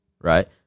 right